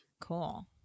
Cool